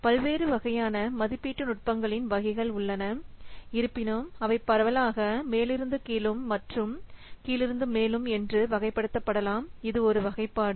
பல்வேறு வகையான மதிப்பீட்டு நுட்பங்களின் வகைகள் உள்ளன இருப்பினும் அவை பரவலாக மேலிருந்து கீழும் மற்றும் கீழிருந்து மேலும் என்று வகைப்படுத்தப்படலாம் இது ஒரு வகைப்பாடு